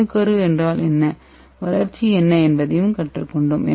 அணுக்கரு என்றால் என்ன வளர்ச்சி என்ன என்பதையும் கற்றுக்கொண்டோம்